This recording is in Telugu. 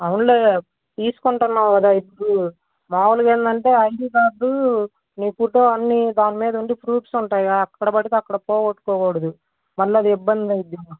అవునులే తీసుకుంటున్నావు కదా ఇప్పుడు మామూలుగా ఏంటంటే ఐడి కార్డు నీ ఫోటో అన్ని దానిమీద ఉండి ప్రూఫ్స్ ఉంటాయి ఎక్కడ పడితే అక్కడ పోగొట్టుకోకూడదు మళ్ళీ అది ఇబ్బంది అయిద్ది